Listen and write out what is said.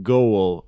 Goal